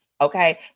okay